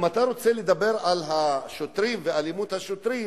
אם אתה רוצה לדבר על השוטרים ואלימות השוטרים